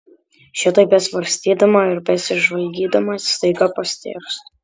šitaip besvarstydama ir besižvalgydama staiga pastėrstu